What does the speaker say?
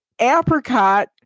Apricot